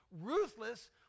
ruthless